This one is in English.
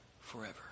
forever